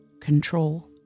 control